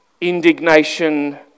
indignation